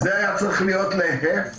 זה היה צריך להיות נגף,